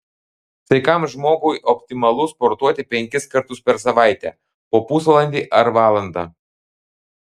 sveikam žmogui optimalu sportuoti penkis kartus per savaitę po pusvalandį ar valandą